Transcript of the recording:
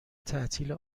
تعطیل